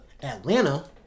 Atlanta